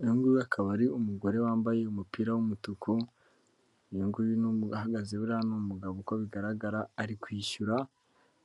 Uyu nguyu akaba ari umugore wambaye umupira w'umutuku, uyungu ahahagaze buriya n'umugabo uko bigaragara ari kwishyura